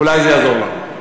אולי זה יעזור לנו.